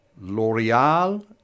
L'Oreal